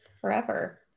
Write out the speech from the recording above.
Forever